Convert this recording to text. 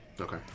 Okay